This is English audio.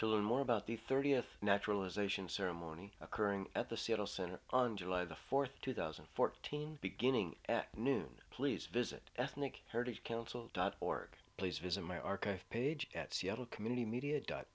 to learn more about the thirty s naturalization ceremony occurring at the seattle center on july the fourth two thousand and fourteen beginning at noon please visit ethnic heritage council dot org please visit my archive page at seattle community media dot